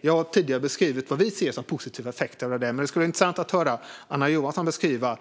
Jag har tidigare beskrivit vad vi ser som positiva effekter av det, men det skulle vara intressant att höra Anna Johansson beskriva